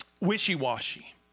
wishy-washy